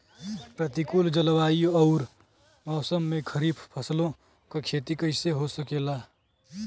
प्रतिकूल जलवायु अउर मौसम में खरीफ फसलों क खेती कइसे हो सकेला?